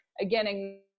again